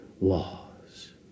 laws